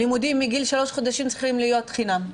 לימודים מגיל שלושה חודשים צריכים להיות חינם.